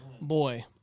Boy